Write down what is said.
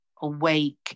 awake